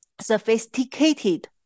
sophisticated